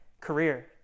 career